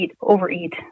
overeat